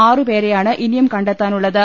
ആറുപേരെയാണ് ഇനിയും കണ്ടെത്താനുള്ളത്